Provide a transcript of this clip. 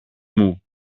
μου